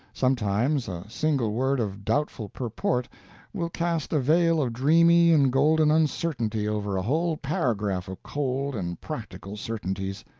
sometimes a single word of doubtful purport will cast a veil of dreamy and golden uncertainty over a whole paragraph of cold and practical certainties,